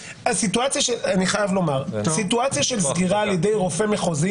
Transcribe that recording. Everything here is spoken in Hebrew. סיטואציה של סגירה על ידי רופא מחוזי